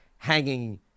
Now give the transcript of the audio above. hanging